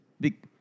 big